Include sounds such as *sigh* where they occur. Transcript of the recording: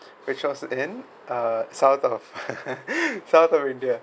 which was in uh south of *laughs* south of india